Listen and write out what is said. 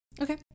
Okay